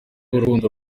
urukundo